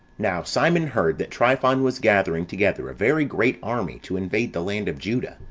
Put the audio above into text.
now simon heard that tryphon was gathering together a very great army to invade the land of juda,